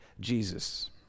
Jesus